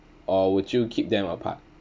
or would you keep them apart